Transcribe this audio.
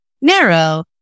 narrow